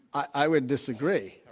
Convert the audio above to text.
i would disagree.